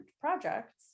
projects